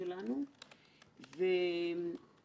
אגיד שתי מילים: